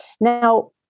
Now